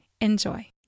Enjoy